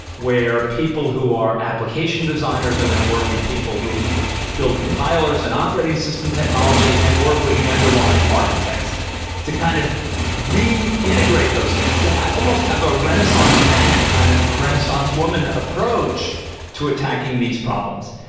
where people who are application designers are going to work with people who build compilers and operating system technology and work with the underlying architects to kind of reintegrate those things, to almost have a renaissance mankind of a renaissance woman approach to attacking these problems.